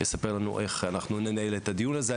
יספר לנו איך אנחנו ננהל את הדיון הזה.